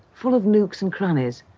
full of nooks and crannies.